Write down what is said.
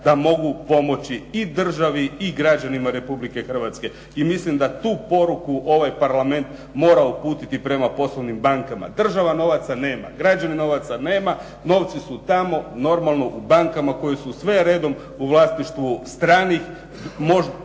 da mogu pomoći i državi i građanima Republike Hrvatske. I mislim da tu poruku ovaj Parlament mora uputiti prema poslovnim bankama. Država novaca nema, građani novaca nema, novci su tamo normalno u bankama koje su sve redom u vlasništvu stranih, neke